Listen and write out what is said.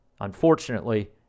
Unfortunately